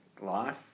life